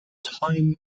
time